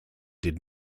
did